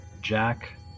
Jack